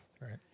right